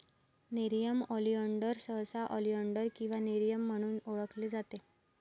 nerium oleander सहसा oleander किंवा nerium म्हणून ओळखले जाते